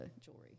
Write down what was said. jewelry